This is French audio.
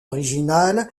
originale